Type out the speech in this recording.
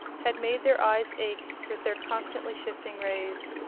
had made their eyes ache with their constantly shifting rays.